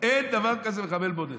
"אין דבר כזה מחבל בודד".